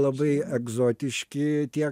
labai egzotiški tie